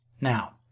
Now